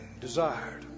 desired